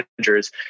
managers